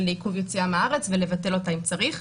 עיכוב יציאה מהארץ ולבטל אותה אם צריך.